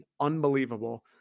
unbelievable